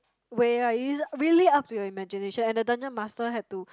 way right it's really up to your imagination and the dungeon master have to